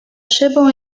szybą